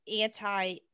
anti